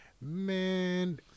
Man